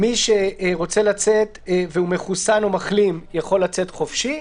מי שרוצה לצאת והוא מחוסן או מחלים יוכל לצאת חופשי.